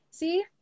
see